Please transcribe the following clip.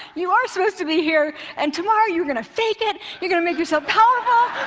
you are supposed to be here! and tomorrow you're going to fake it, you're going to make yourself powerful,